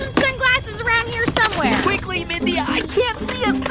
sunglasses around here somewhere quickly, mindy. i can't see a